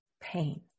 pain